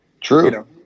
True